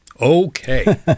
Okay